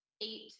eight